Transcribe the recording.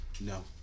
No